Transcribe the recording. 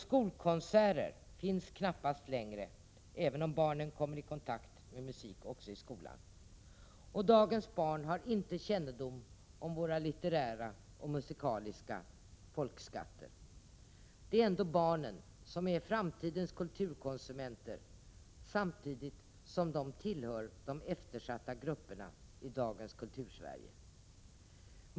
Skolkonserter finns knappast längre, även om barnen kommer i kontakt med musik i skolan. Dagens barn har inte kännedom om de litterära eller musikaliska folkskatterna. Det är ändå barnen som är framtidens kulturkonsumenter, samtidigt som de tillhör de eftersatta grupperna i dagens Kultursverige.